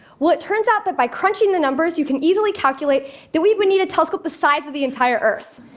well, it turns out that by crunching the numbers, you can easily calculate that we would need a telescope the size of the entire earth.